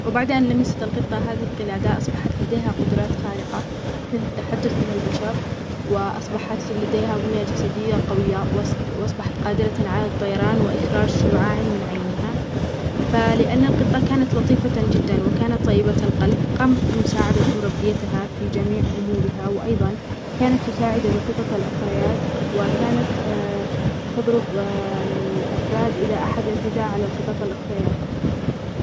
وبعد ان لمست هذه القلادة اصبحت لديها قدرات خارقة مثل التحدث الى البشر واصبحت لديها بنية جسدية قوية واصبحت قادرة على الطيران واصرار شعاع من عينها فلأن القطة كانت لطيفة جدًا وكانت طيبة القلب قامت بمساعدة مربيتها في جميع امورها وايظًا كانت تساعد القطط الاخريات وكانت تضرب الافراد اذا احد اعتدى على القطط الاخريات.